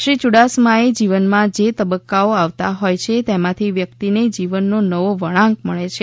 શ્રી યુડાસમાએ જીવનમાં જે તબકકાઓ આવતા હોય છે તેમાંથી વ્યક્તિને જીવનનો નવો વળાંક મળે છે